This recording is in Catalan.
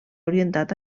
orientat